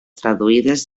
traduïdes